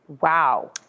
Wow